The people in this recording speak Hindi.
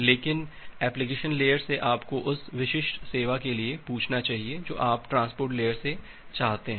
लेकिन एप्लीकेशन लेयर से आपको उस विशिष्ट सेवा के लिए पूछना चाहिए जो आप ट्रांसपोर्ट लेयर से चाहते हैं